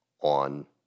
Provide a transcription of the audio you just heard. on